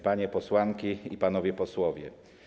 Panie Posłanki i Panowie Posłowie!